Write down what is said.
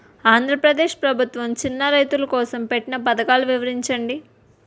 ఆంధ్రప్రదేశ్ ప్రభుత్వ చిన్నా రైతుల కోసం పెట్టిన పథకాలు వివరించండి?